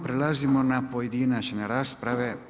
Prelazimo na pojedinačne rasprave.